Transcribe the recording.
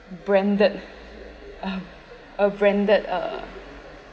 branded a branded uh